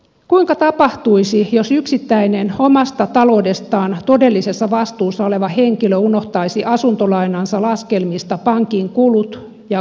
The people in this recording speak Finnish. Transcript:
kuinka tapahtuisi jos yksittäinen omasta taloudestaan todellisessa vastuussa oleva henkilö unohtaisi asuntolainansa laskelmista pankin kulut ja korot